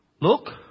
look